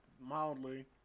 mildly